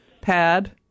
pad